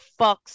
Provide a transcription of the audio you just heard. fucks